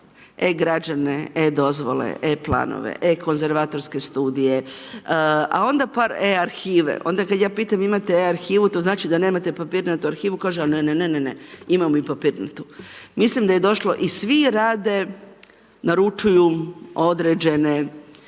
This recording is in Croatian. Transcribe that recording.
e građane, e dozvole, e planove, e konzervatorske studije, a onda pak e arhive. Onda kad ja pitam imate e arhivu, to znači da nemate papirnatu arhivu, kaže a ne, ne, ne, ne, ne imamo mi papirnatu. Mislim da je došlo i svi rade, naručuju određene